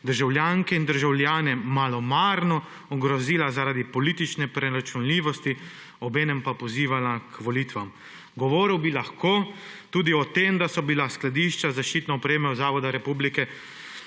državljanke in državljane malomarno ogrozila zaradi politične preračunljivosti, obenem pa pozivala k volitvam. Govoril bi lahko tudi o tem, da so bila skladišča z zaščitno opremo Zavoda Republike